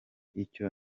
icyo